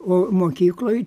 o mokykloj